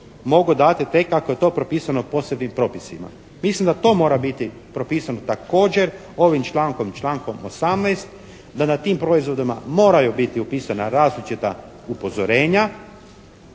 mogu dati tek ako je to propisano posebnim propisima. Mislim da to mora biti propisano također ovim člankom, člankom 18. Da na tim proizvodima moraju biti upisana različita upozorenja,